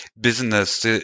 business